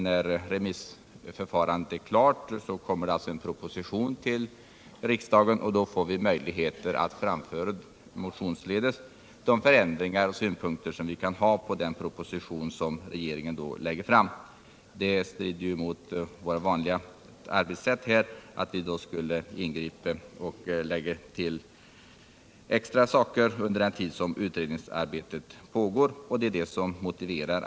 När remissbehandlingen är klar läggs en proposition fram till riksdagen. Vi får därefter möjligheter att lägga våra synpunkter på förslagen och motionsledes föreslå de ändringar som vi kan önska när det gäller riksdagsbeslutets slutliga innehåll. Det strider mot vårt vanliga arbetssätt att ingripa och ge tilläggsdirektiv under den tid utredningsarbetet pågår, om det inte är något exceptionellt som inträffat.